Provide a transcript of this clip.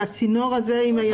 זה הצינור עם הידית?